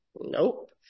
Nope